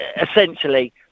essentially